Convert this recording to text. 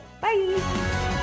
Bye